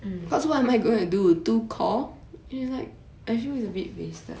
mm